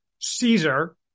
Caesar